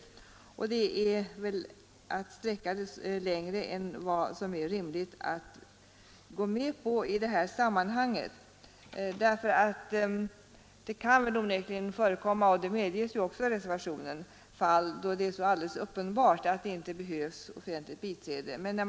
Att gå med på detta är väl att sträcka sig längre än vad som är rimligt i det här sammanhanget, eftersom det onekligen kan förekomma fall — och detta medges också i reservationen — då det är alldeles uppenbart att offentligt biträde ej behövs.